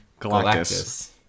Galactus